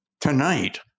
tonight